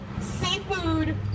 seafood